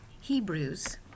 Hebrews